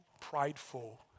prideful